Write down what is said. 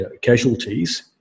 casualties